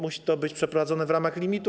Musi to być przeprowadzone w ramach limitu.